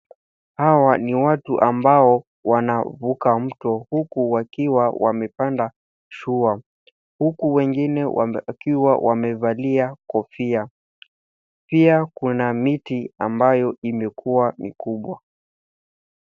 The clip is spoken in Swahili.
Hawa ni watu ambao wanavuka mto huku wakiwa wamepanda shua. Huku wengine wakiwa wamevalia kofia. Pia, kuna miti ambayo imekua mikubwa.